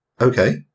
okay